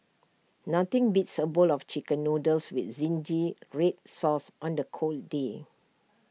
nothing beats A bowl of Chicken Noodles with Zingy Red Sauce on A cold day